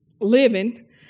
living